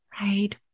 right